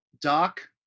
Doc